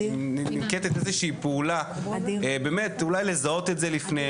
איזושהי פעולה אולי לזהות את זה לפני,